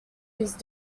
use